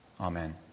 Amen